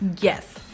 Yes